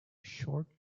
short